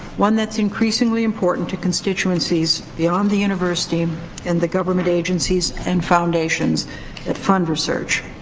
one that's increasingly important to constituencies beyond the university um and the government agencies and foundations that fund research.